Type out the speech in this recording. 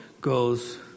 goes